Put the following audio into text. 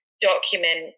document